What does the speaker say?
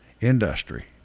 industry